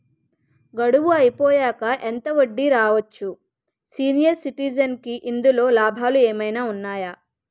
గడువు అయిపోయాక ఎంత వడ్డీ రావచ్చు? సీనియర్ సిటిజెన్ కి ఇందులో లాభాలు ఏమైనా ఉన్నాయా?